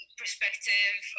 perspective